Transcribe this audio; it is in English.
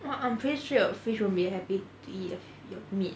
what what I'm pretty sure your fish will be happy to eat the your meat